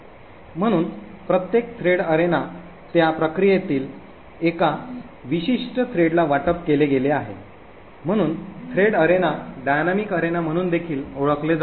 म्हणून प्रत्येक thread arena त्या प्रक्रियेतील एका विशिष्ट थ्रेडला वाटप केले गेले आहे म्हणून थ्रेड अरेना डायनामिक अरेना म्हणून देखील ओळखले जाते